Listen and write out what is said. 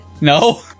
No